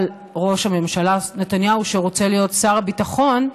אבל ראש הממשלה נתניהו, שרוצה להיות שר הביטחון,